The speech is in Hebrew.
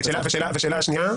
תשובה לשאלה השנייה.